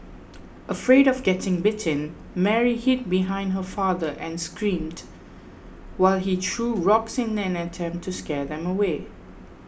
afraid of getting bitten Mary hid behind her father and screamed while he threw rocks in an attempt to scare them away